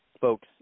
folks